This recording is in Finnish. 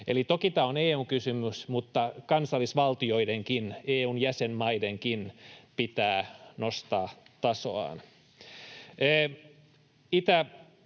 Eli toki tämä on EU-kysymys, mutta kansallisvaltioidenkin, EU:n jäsenmaidenkin, pitää nostaa tasoaan.